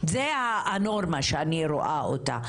זו הנורמה שאני רואה אותה.